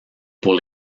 pour